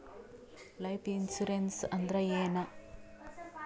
Life insurance ಅಂದ್ರ ಏನ?